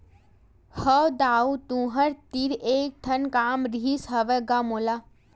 हव दाऊ तुँहर तीर एक ठन काम रिहिस हवय गा मोला